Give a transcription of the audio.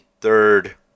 third